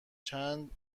چند